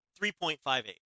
3.58